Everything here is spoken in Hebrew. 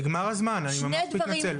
נגמר הזמן, אני ממש מתנצל.